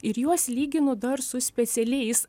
ir juos lyginu dar su specialiais